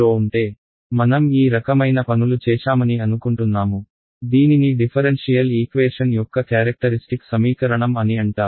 ఉంటే మనం ఈ రకమైన పనులు చేశామని అనుకుంటున్నాము దీనిని డిఫరెన్షియల్ ఈక్వేషన్ యొక్క క్యారెక్టరిస్టిక్ సమీకరణం అని అంటారు